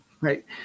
right